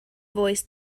voice